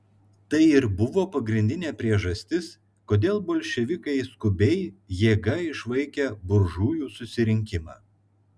tai ir buvo pagrindinė priežastis kodėl bolševikai skubiai jėga išvaikė buržujų susirinkimą